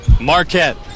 Marquette